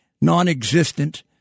non-existent